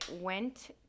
went